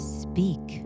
speak